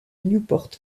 newport